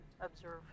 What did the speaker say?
observe